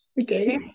Okay